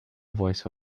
voice